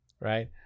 Right